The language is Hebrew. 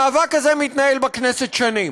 המאבק הזה מתנהל בכנסת שנים.